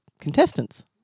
contestants